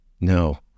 No